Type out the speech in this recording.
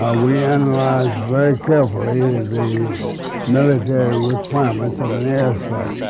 ah we analyzed very carefully the military requirements of an air strike.